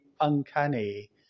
uncanny